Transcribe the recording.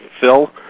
Phil